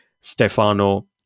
Stefano